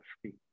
free